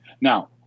now